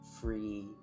free